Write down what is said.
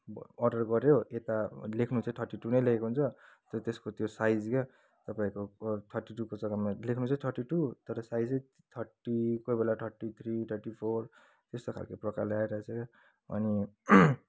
order गर्यो यता लेख्नु चाहिँ थर्टी टू नै लेखेको हुन्छ त्यो त्यसको त्यो साइज क्या तपाईँको थर्टी टूको जग्गामा लेख्नु चाहिँ थर्टी टू तर साइजै थर्टी कोही बेला थर्टी थ्री थर्टी फोर त्यस्तो खालको प्रकारले आइरहेको छ क्या अनि